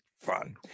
fun